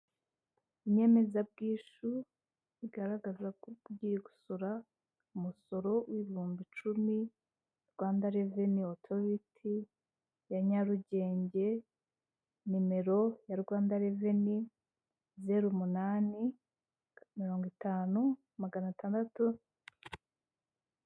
Inyemezabwishyu igaragaza ko ugiye gusora umusoro w'ibihumbi icumi, Rwanda reveni otoriti ya Nyarugenge nimero ya Rwanda reveni ni zeru umunani, mirongo itanu magana atandatu.